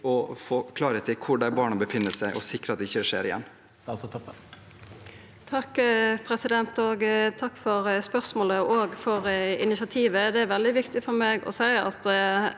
å få klarhet i hvor disse barna befinner seg, og sikre at dette ikke skjer igjen.